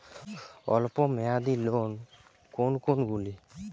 অল্প মেয়াদি লোন কোন কোনগুলি?